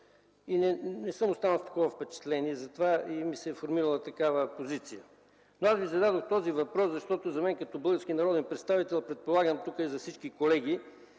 и не съм останал с такова впечатление, затова съм формирал такава позиция. Зададох Ви този въпрос, защото за мен, като български народен представител, предполагам и за всички колеги,